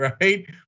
right